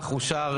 הצבעה אושרה.